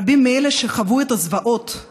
רבים מאלה שחוו את הזוועות,